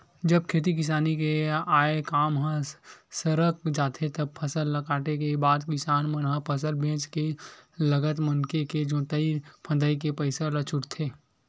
जब खेती किसानी के आय काम ह सरक जाथे तब फसल ल काटे के बाद किसान मन ह फसल बेंच के लगत मनके के जोंतई फंदई के पइसा ल छूटथे